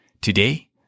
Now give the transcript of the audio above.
Today